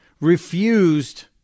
refused